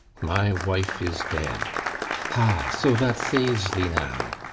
my wife is dead ha, so that saves thee now,